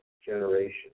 generation